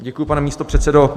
Děkuji, pane místopředsedo.